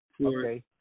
Okay